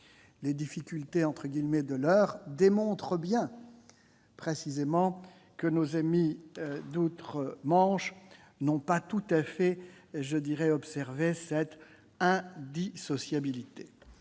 Les « difficultés » de l'heure démontrent précisément que nos amis d'outre-Manche n'ont pas tout à fait observé cette indissociabilité.